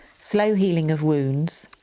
slow healing of wounds,